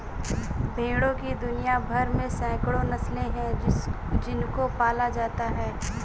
भेड़ों की दुनिया भर में सैकड़ों नस्लें हैं जिनको पाला जाता है